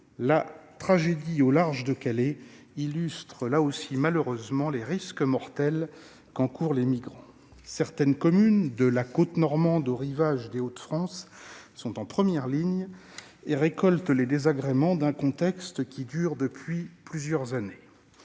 déroulée au large de Calais illustre les risques mortels courus par les migrants. Certaines communes, de la côte normande aux rivages des Hauts-de-France, sont en première ligne et subissent les désagréments d'un contexte qui dure depuis plusieurs années.